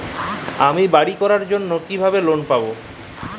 আমি বাড়ি করার জন্য কিভাবে লোন পাব?